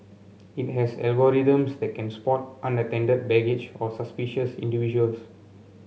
it has algorithms that can spot unattended baggage or suspicious individuals